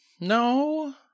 No